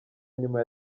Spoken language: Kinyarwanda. nyuma